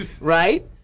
right